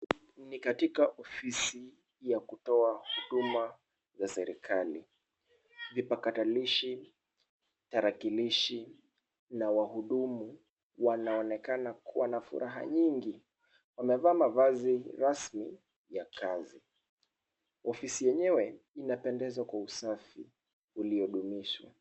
Ni katika ofisi ya kutoa huduma za serikali. Vipakatalishi, tarakilishi na wahudumu wanaonekana kuwa na furaha nyingi. Wamevaa mavazi rasmi ya kazi. Ofisi yenyewe inapendeza kwa usafi uliodumishwa.